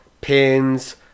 pins